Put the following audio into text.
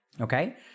okay